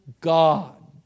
God